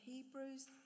Hebrews